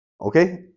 Okay